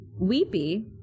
Weepy